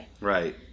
Right